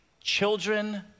Children